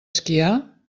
esquiar